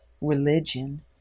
religion